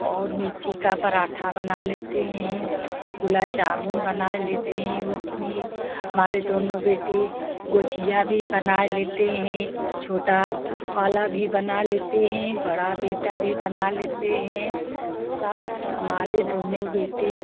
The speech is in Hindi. और मेथी का पराँठा बना लेते हैं गुलाब जामुन बना लेते हैं उसमें हमारे दोनों बेटे गुजिया भी बना लेते हैं छोटा वाला भी बना लेते हैं बड़ा बेटा भी बना लेते हैं सब हमारे दोनों बेटे